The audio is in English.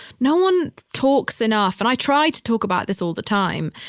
no one talks enough. and i try to talk about this all the time,